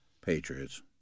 Patriots